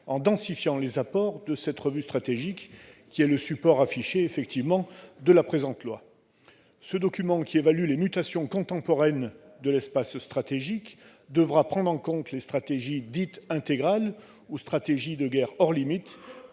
en densifiant les apports stratégiques de la revue stratégique, le support affiché de la présente loi. Ce document, qui évalue les mutations contemporaines de l'espace stratégique, devra prendre en compte les stratégies dites « intégrales » ou « de guerre hors limites